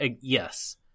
Yes